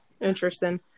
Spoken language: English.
Interesting